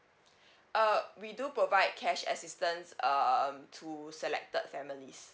uh we do provide cash assistance um to selected families